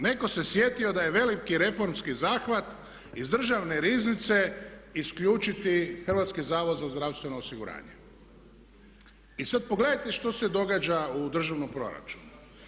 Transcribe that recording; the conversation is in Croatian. Netko se sjetio da je veliki reformski zahvat iz državne riznice isključiti Hrvatski zavod za zdravstveno osiguranje i sad pogledajte što se događa u državnom proračunu.